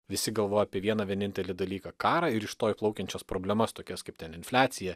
visi galvoja apie vieną vienintelį dalyką karą ir iš to išplaukiančias problemas tokias kaip ten infliacija